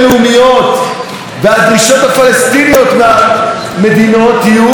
הפלסטיניות מהמדינות יהיו: תנו לנו אזרחות,